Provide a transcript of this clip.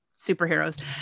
superheroes